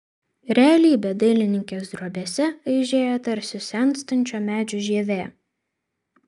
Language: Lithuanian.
realybė dailininkės drobėse aižėja tarsi senstančio medžio žievė